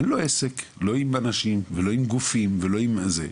אין לו עסק לא עם אנשים ולא עם גופים ולא עם זה.